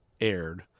aired